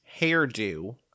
hairdo